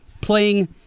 playing